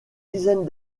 dizaine